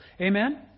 Amen